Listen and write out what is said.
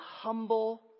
humble